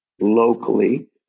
locally